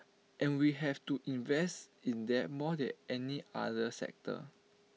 and we have to invest in them more than any other sector